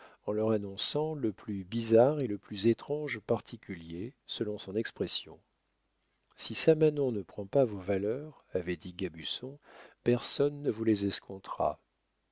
en leur annonçant le plus bizarre et le plus étrange particulier selon son expression si samanon ne prend pas vos valeurs avait dit gabusson personne ne vous les escomptera